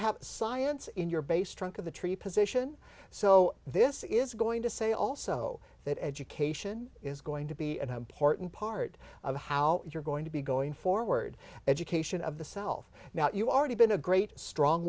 have science in your base trunk of the tree position so this is going to say also that education is going to be an important part of how you're going to be going forward education of the self not you already been a great strong